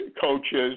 coaches